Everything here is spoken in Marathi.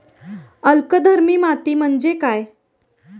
अल्कधर्मी माती म्हणजे काय?